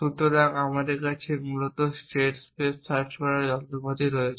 সুতরাং আমাদের কাছে মূলত স্টেট স্পেস সার্চ করার জন্য যন্ত্রপাতি রয়েছে